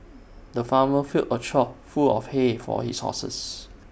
the farmer filled A trough full of hay for his horses